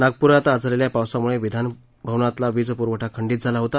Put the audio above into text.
नागपुरात आज झालेल्या पावसामुळे विधान भवनातला वीजपुरवठा खंडीत झाला होता